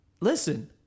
listen